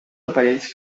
aparells